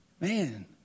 Man